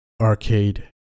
arcade